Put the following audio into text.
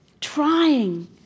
trying